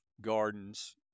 gardens